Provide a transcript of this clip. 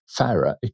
Farah